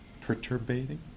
perturbing